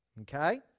Okay